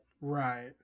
right